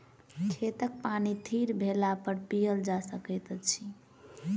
खेतक पानि थीर भेलापर पीयल जा सकैत अछि